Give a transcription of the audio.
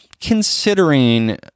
considering